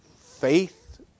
faith